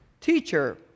Teacher